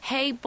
Hey